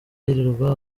yirirwa